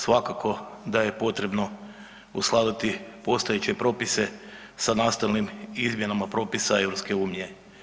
Svakako da je potrebno uskladiti postojeće propise sa nastavnim izmjenama propisa EU.